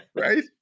right